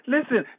Listen